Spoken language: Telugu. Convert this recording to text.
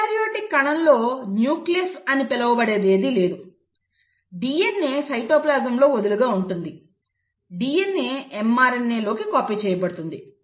ప్రొకార్యోటిక్ కణంలో న్యూక్లియస్ అని పిలవబడేది ఏమీ లేదు DNA సైటోప్లాజంలో వదులుగా ఉంటుంది DNA mRNA లోకి కాపీ చేయబడుతుంది